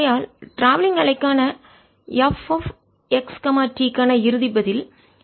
ஆகையால் ட்ராவெல்லிங் பயண அலைக்கான f எக்ஸ் டி க்கான இறுதி பதில் 0